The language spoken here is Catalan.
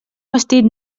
vestit